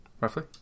roughly